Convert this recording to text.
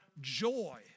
joy